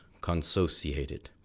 consociated